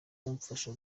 kumfasha